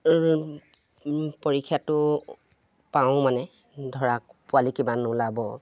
পৰীক্ষাটো পাওঁ মানে ধৰা পোৱালি কিমান ওলাব